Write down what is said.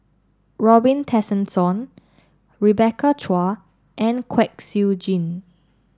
Robin Tessensohn Rebecca Chua and Kwek Siew Jin